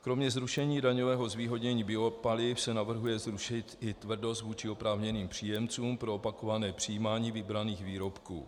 Kromě zrušení daňového zvýhodnění biopaliv se navrhuje zrušit i tvrdost vůči oprávněným příjemcům pro opakované přijímání vybraných výrobků.